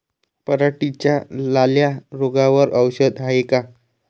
पराटीच्या लाल्या रोगावर औषध हाये का?